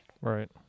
Right